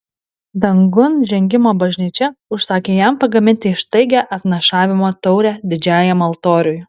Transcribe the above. dangun žengimo bažnyčia užsakė jam pagaminti ištaigią atnašavimo taurę didžiajam altoriui